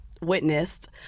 witnessed